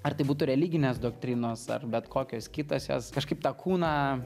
ar tai būtų religinės doktrinos ar bet kokios kitos jos kažkaip tą kūną